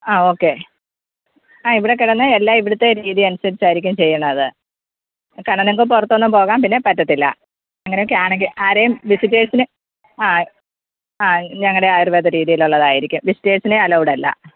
ആ ഓക്കെ ആ ഇവിടെ കിടന്നാൽ എല്ലാം ഇവിടത്തെ രീതി അനുസരിച്ചായിരിക്കും ചെയ്യണത് കാരണം നിങ്ങൾക്ക് പുറത്തൊന്നും പോകാന് പിന്നെ പറ്റത്തില്ല അങ്ങന ഒക്കെ ആണെങ്കിൽ ആരേം വിസിറ്റേഴ്സിനെ ആ ആ ഞങ്ങളുടെ ആയുര്വേദ രീതിയിലുള്ളതായിരിക്കും വിസിറ്റേഴ്സിനെ അലൗഡ് അല്ല